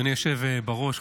אדוני היושב בראש,